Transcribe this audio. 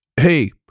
hey